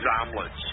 omelets